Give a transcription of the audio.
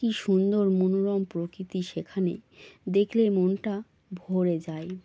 কী সুন্দর মনোরম প্রকৃতি সেখানে দেখলেই মনটা ভরে যায়